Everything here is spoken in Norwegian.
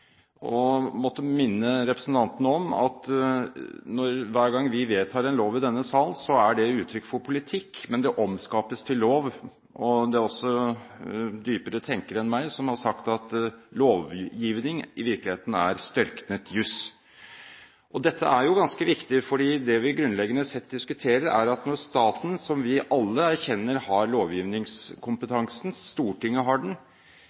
måtte minne representanten om at hver gang vi vedtar en lov i denne sal, er det uttrykk for politikk, men det omskapes til lov. Det er også dypere tenkere enn meg som har sagt at lovgivning i virkeligheten er størknet jus. Dette er jo ganske viktig, for det vi grunnleggende sett diskuterer, er jo at når staten – som vi alle erkjenner har lovgivningskompetansen, Stortinget har den